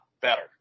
better